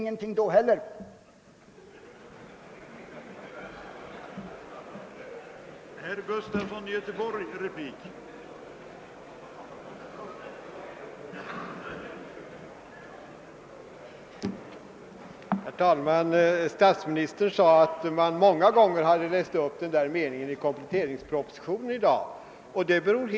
— så blir det heller ingenting av.